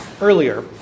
earlier